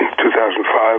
2005